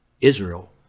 Israel